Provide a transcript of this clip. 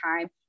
time